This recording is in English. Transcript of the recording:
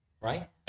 right